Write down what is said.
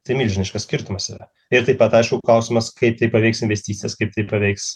tai milžiniškas skirtumas yra ir taip pat aišku klausimas kaip tai paveiks investicijas kaip tai paveiks